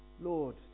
Lord